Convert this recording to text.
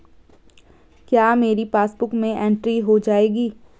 क्या मेरी पासबुक में एंट्री हो जाएगी?